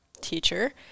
teacher –